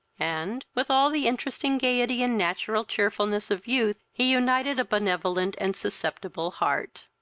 and, with all the interesting gaiety and natural cheerfulness of youth, he united a benevolent and susceptible heart.